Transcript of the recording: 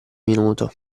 minuto